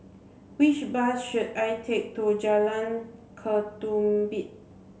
which bus should I take to Jalan Ketumbit